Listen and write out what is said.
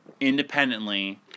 independently